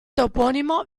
toponimo